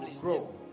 grow